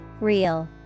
Real